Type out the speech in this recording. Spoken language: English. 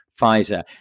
pfizer